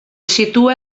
situa